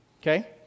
Okay